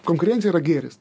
konkurencija yra gėris